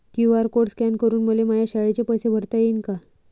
QR code scan करून मले माया शाळेचे पैसे भरता येईन का?